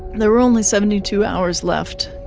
there were only seventy two hours left.